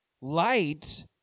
Light